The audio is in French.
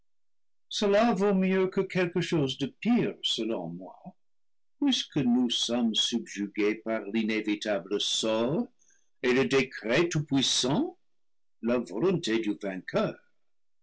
cela vaut mieux que quelque chose de pire selon moi puisque nous sommés subjugués par l'inévitable sort et le décret tout-puissant la volonté du vainqueur